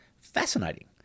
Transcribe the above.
fascinating